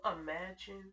imagine